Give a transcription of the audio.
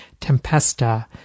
Tempesta